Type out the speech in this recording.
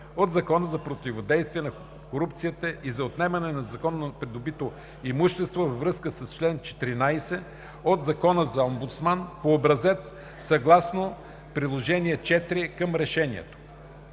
от Закона за противодействие на корупцията и за отнемане на незаконно придобитото имущество във връзка с чл. 14 от Закона за омбудсмана по образец, съгласно приложение № 4 към решението.